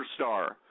Superstar